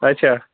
اچھا